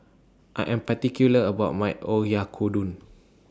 I Am particular about My Oyakodon